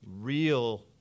real